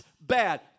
bad